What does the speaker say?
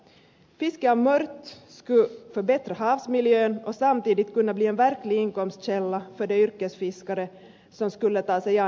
fiske av mört skulle förbättra havsmiljön och samtidigt kunna bli en verklig inkomstkälla för de yrkesfiskare som skulle ta sig an uppgiften